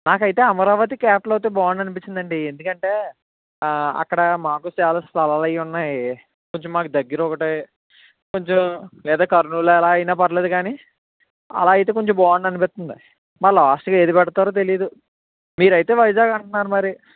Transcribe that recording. నాకు అయితే అమరావతి క్యాపిటల్ అయితే బాగుండు అనిపించింది అండి ఎందుకంటే అక్కడ మాకు చాలా స్థలాలు అవి ఉన్నాయి కొంచెం మాకు దగ్గర ఒకటి కొంచెం లేదా కర్నూల్ అలా అయిన పర్లేదు కానీ అలా అయితే కొంచెం బాగుండు అనిపిస్తుంది మరి లాస్ట్కి ఏది పెడతారో తెలియదు మీరు అయితే వైజాగ్ అంటున్నారు మరి